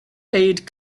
aid